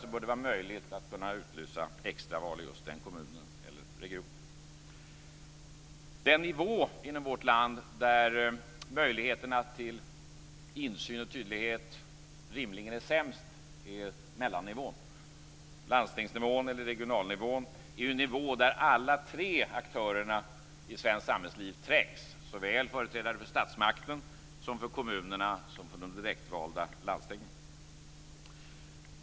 Då bör det vara möjligt att utlysa extraval i just den kommunen eller regionen. Den nivå inom vårt land där möjligheterna till insyn och tydlighet rimligen är sämst är mellannivån. Landstingsnivån eller regionalnivån är ju en nivå där alla tre aktörer i svenskt samhällsliv trängs. Det är företrädare såväl för statsmakten som för kommunerna och de direktvalda landstingen.